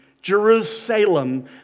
Jerusalem